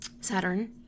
Saturn